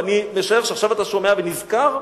ואני משער שעכשיו אתה שומע ונזכר,